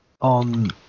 on